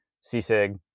C-SIG